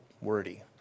wordy